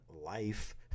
life